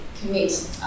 commit